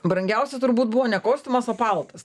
brangiausia turbūt buvo ne kostiumas o paltas